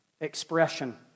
expression